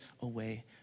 away